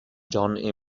john